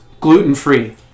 gluten-free